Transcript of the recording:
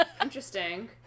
Interesting